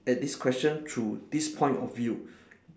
at this question through this point of view